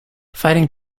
fighting